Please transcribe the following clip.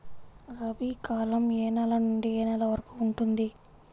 రబీ కాలం ఏ నెల నుండి ఏ నెల వరకు ఉంటుంది?